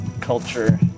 culture